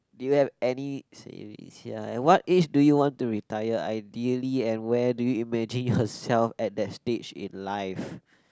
do you have any savings ya at what age do you want to retire ideally and where do you imagine yourself at that stage in life